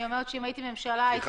אם הייתי ממשלה, הייתי